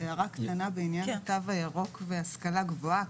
הערה קטנה בעניין התו הירוק והשכלה גבוהה,